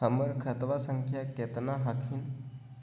हमर खतवा संख्या केतना हखिन?